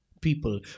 people